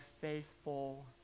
faithful